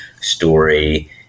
story